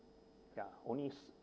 ya only